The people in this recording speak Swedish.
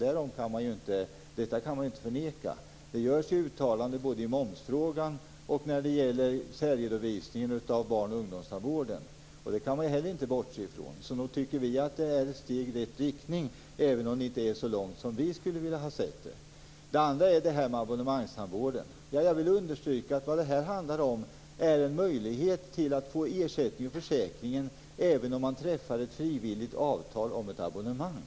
Detta kan man ju inte förneka. Det görs ju uttalanden både i momsfrågan och när det gäller särredovisningen av barn och ungdomstandvården. Det kan man inte heller bortse från. Så nog tycker vi att det är steg i rätt riktning även om man inte går så långt som vi skulle vilja. Jag vill understryka att abonnemangstandvården innebär en möjlighet att få ersättning från försäkringen även om man träffar ett frivilligt avtal om ett abonnemang.